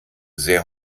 sehr